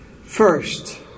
first